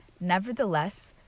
Nevertheless